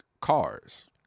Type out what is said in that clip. cars